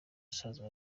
asanzwe